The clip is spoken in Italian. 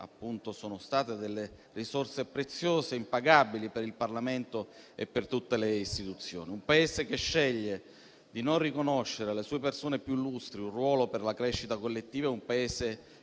sono state, delle risorse preziose, impagabili per il Parlamento e per tutte le istituzioni? Un Paese che sceglie di non riconoscere alle sue persone più illustri un ruolo per la crescita collettiva è un Paese che